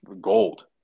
gold